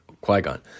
Qui-Gon